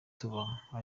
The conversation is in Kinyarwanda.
tubaha